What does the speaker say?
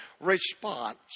response